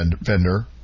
vendor